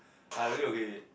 I really okay with it